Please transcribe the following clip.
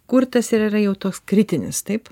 kur tas ir yra jau toks kritinis taip